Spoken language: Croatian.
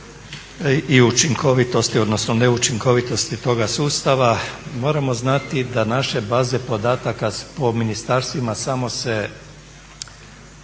i učinkovitosti odnosno neučinkovitosti toga sustava moramo znati da naše baze podataka po ministarstvima samo se